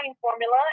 formula